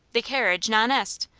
the carriage, non est!